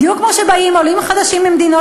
בדיוק כמו שבאים עולים חדשים ממדינות